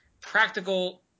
practical